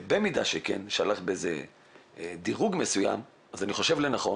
ואם כן --- בזה דירוג מסוים, אני חושב לנכון